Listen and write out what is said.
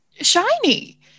shiny